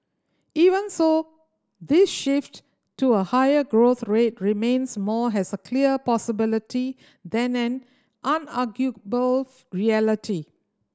even so this shift to a higher growth rate remains more has a clear possibility than an unarguable reality